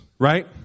Right